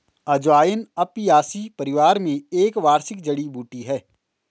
अजवाइन अपियासी परिवार में एक वार्षिक जड़ी बूटी है